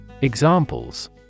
Examples